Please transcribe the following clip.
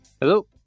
Hello